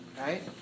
right